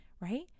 right